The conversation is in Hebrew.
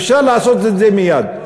אפשר לעשות את זה מייד,